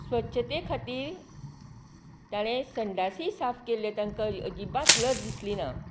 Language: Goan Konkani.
स्वच्छेते खातीर तांणे संडासय साफ केले तांकां अज्जीबात लज दिसली ना